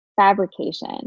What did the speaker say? fabrication